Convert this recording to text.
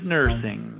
Nursing